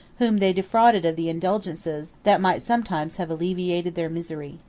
whom they defrauded of the indulgences that might sometimes have alleviated their misery.